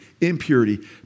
impurity